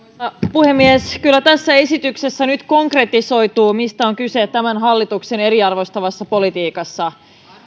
puhemies kyllä tässä esityksessä nyt konkretisoituu mistä on kyse tämän hallituksen eriarvoistavassa politiikassa